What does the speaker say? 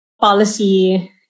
policy